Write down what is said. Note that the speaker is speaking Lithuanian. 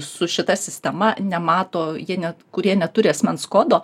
su šita sistema nemato jie net kurie neturi asmens kodo